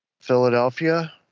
Philadelphia